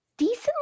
Decently